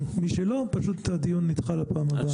הדיון של מי שלא מגיע עם כל החומרים נדחה לפעם הבאה.